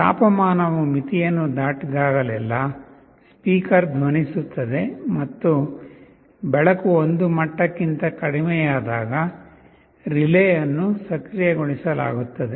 ತಾಪಮಾನವು ಮಿತಿಯನ್ನು ದಾಟಿದಾಗಲೆಲ್ಲಾ ಸ್ಪೀಕರ್ ಶಬ್ದ ಮಾಡುತ್ತದೆ ಮತ್ತು ಬೆಳಕು ಒಂದು ಮಟ್ಟಕ್ಕಿಂತ ಕಡಿಮೆಯಾದಾಗ ರಿಲೇ ಅನ್ನು ಸಕ್ರಿಯಗೊಳಿಸಲಾಗುತ್ತದೆ